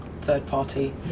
third-party